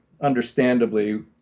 understandably